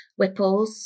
Whipples